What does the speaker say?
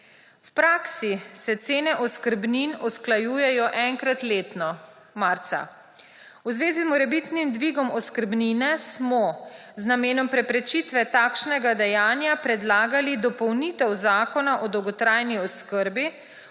V praksi se cene oskrbnin usklajujejo enkrat letno, marca. V zvezi z morebitnim dvigom oskrbnine smo z namenom preprečitve takšnega dejanja predlagali dopolnitev Zakona o dolgotrajni oskrbi,